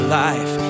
life